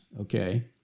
okay